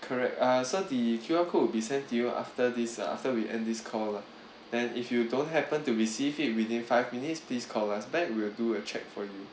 correct uh so the Q_R code will be sent to you after this after we end this call lah and if you don't happen to receive it within five minutes please call us back we'll do a check for you